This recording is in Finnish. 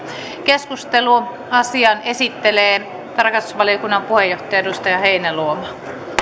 asian esittelee tarkastusvaliokunnan puheenjohtaja edustaja heinäluoma